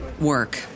work